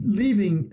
leaving